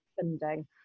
funding